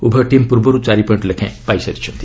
ଉଭୟ ଟିମ୍ ପୂର୍ବରୁ ଚାରି ପଏଣ୍ଟ ଲେଖାଏଁ ପାଇସାରିଛନ୍ତି